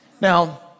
Now